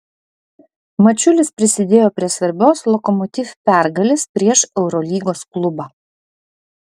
mačiulis prisidėjo prie svarbios lokomotiv pergalės prieš eurolygos klubą